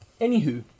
Anywho